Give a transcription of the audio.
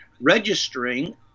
registering